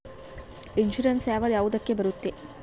Insurance ಯಾವ ಯಾವುದಕ್ಕ ಬರುತ್ತೆ?